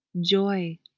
joy